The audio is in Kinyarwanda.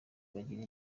bagira